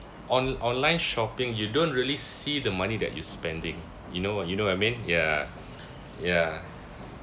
on~ online shopping you don't really see the money that you spending you know what you know what I mean ya ya